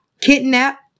kidnap